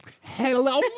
Hello